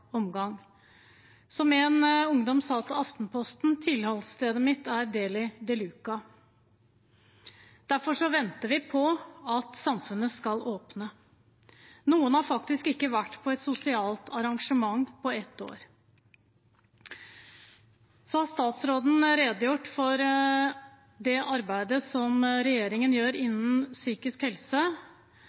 omgang. Som en ungdom sa til Aftenposten: «Tilholdsstedet mitt er Deli de Luca.» Derfor venter vi på at samfunnet skal åpne. Noen har faktisk ikke vært på et sosialt arrangement på ett år. Statsråden har redegjort for det arbeidet regjeringen gjør innen psykisk helse,